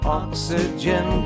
oxygen